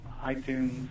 iTunes